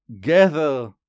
gather